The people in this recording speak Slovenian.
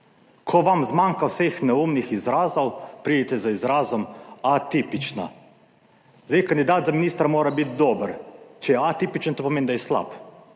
Ko vam zmanjka vseh neumnih izrazov, pridite z izrazom atipična. Zdaj, kandidat za ministra mora biti dober, če je atipičen, to pomeni, da je slab.